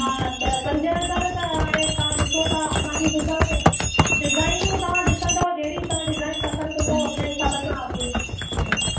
हा पंज हज़ार त हाणे तव्हां ॾिसूं था असांजी डिज़ाइनूं तव्हां ॾिसंदा जहिड़ी तव्हां डिजाइन तव्हां पसंदि कंदा उन हिसाबु सां अघु